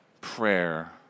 prayer